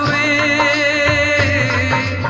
a